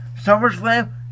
SummerSlam